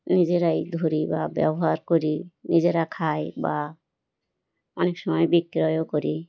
নিজেরাই ধরি বা ব্যবহার করি নিজেরা খাই বা অনেক সময় বিক্রয়ও করি